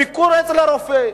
ביקור אצל רופא,